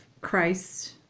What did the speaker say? Christ